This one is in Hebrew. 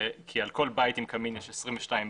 כי על כל בית עם קמין יש 22 בתים